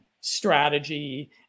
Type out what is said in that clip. strategy